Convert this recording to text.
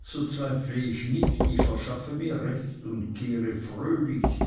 so zweifle ich nicht ich verschaffe mir recht und kehre fröhlich